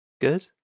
Good